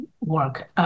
work